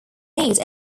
need